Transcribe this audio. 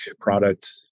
product